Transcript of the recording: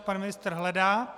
Pan ministr hledá.